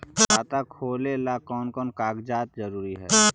खाता खोलें ला कोन कोन कागजात जरूरी है?